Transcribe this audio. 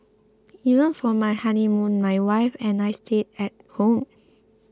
even for my honeymoon my wife and I stayed at home